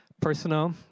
personal